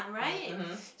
um mmhmm